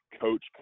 Coach